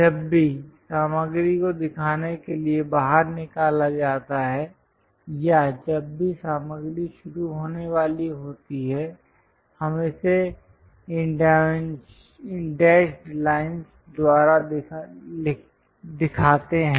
जब भी सामग्री को दिखाने के लिए बाहर निकाला जाता है या जब भी सामग्री शुरू होने वाली होती है हम इसे इन डेशड् लाइन द्वारा दिखाते हैं